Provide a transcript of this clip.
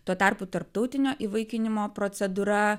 tuo tarpu tarptautinio įvaikinimo procedūra